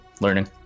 learning